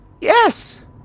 Yes